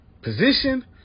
position